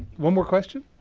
one more question?